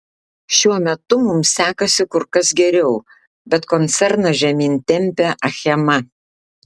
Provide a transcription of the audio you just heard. šiuo metu mums sekasi kur kas geriau bet koncerną žemyn tempia achema